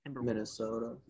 Minnesota